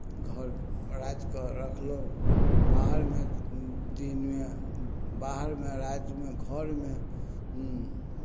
घर रातिके राखलहुँ बाहरमे दिनमे बाहरमे रातिमे घरमे हुँ